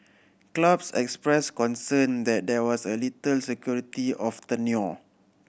clubs expressed concern that there was little security of tenure